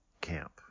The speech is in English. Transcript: camp